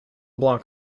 block